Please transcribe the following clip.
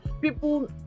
people